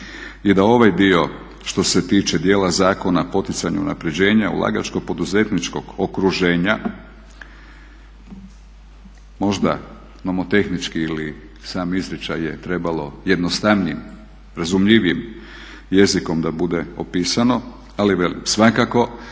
i da ovaj dio što se tiče dijela zakona poticanju unapređenja, ulagačkog, poduzetničkog okruženja možda nomotehnički ili sam izričaj je trebalo jednostavnijim, razumljivijim jezikom da bude opisano. Ali velim